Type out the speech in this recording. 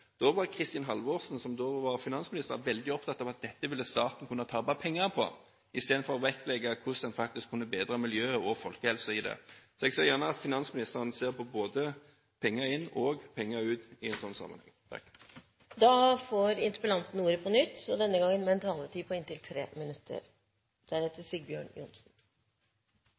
var Kristin Halvorsen, som da var finansminister, veldig opptatt av at staten ville kunne tape penger på dette, i stedet for å vektlegge hvordan en faktisk kunne forbedre miljøet og folkehelsen. Så jeg ser gjerne at finansministeren ser på både penger inn og penger ut i en sånn sammenheng. Jeg vil takke alle som har hatt ordet